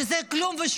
שראתה